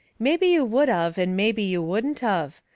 mebby you would of and mebby you wouldn't of.